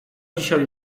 dzisiaj